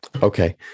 Okay